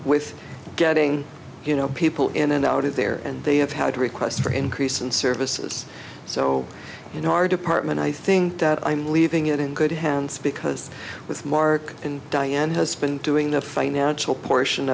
with getting you know people in and out of there and they have had requests for increase and services so you know our department i think that i'm leaving it in good hands because with mark and diane has been doing the financial portion